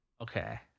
Okay